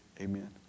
Amen